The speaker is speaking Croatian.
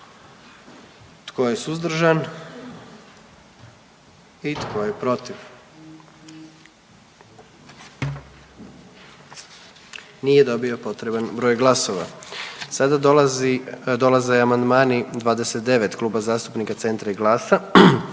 Tko je suzdržan? I tko je protiv? Nije dobio potreban broj glasova. 40. amandman Kluba zastupnika HSLS-a i